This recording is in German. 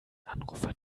anrufer